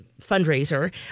fundraiser